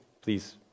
please